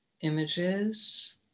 images